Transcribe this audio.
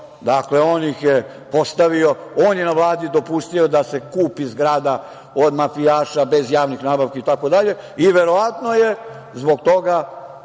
dakle, on ih je postavio, on je na Vladi dopustio da se kupi zgrada od mafijaša bez javnih nabavki itd. i verovatno je zbog toga